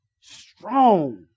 strong